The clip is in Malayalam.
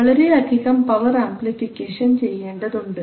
വളരെയധികം പവർ ആമ്പ്ലിഫിക്കേഷൻ ചെയ്യേണ്ടതുണ്ട്